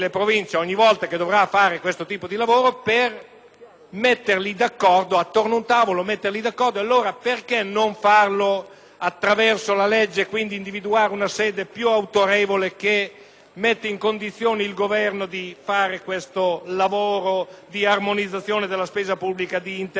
allora non farlo attraverso la legge individuando una sede più autorevole, che metta in condizioni il Governo di porre in essere questo lavoro di armonizzazione della spesa pubblica e di interpretazione unitaria dei criteri per l'individuazione degli standard